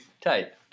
Tight